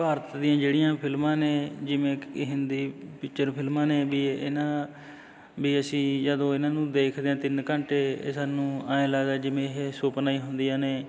ਭਾਰਤ ਦੀਆਂ ਜਿਹੜੀਆਂ ਫਿਲਮਾਂ ਨੇ ਜਿਵੇਂ ਕਿ ਹਿੰਦੀ ਫੀਚਰ ਫਿਲਮਾਂ ਨੇ ਵੀ ਇਹਨਾਂ ਵੀ ਅਸੀਂ ਜਦੋਂ ਇਹਨਾਂ ਨੂੰ ਦੇਖਦੇ ਹਾਂ ਤਿੰਨ ਘੰਟੇ ਇਹ ਸਾਨੂੰ ਐ ਲੱਗਦਾ ਜਿਵੇਂ ਇਹ ਸੁਪਨਾ ਹੀ ਹੁੰਦੀਆਂ ਨੇ